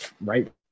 right